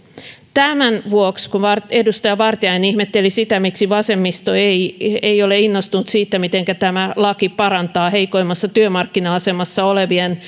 tämän vuoksi kun edustaja vartiainen ihmetteli sitä miksi vasemmisto ei ei ole innostunut siitä mitenkä tämä laki parantaa heikoimmassa työmarkkina asemassa olevien